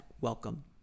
welcome